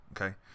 okay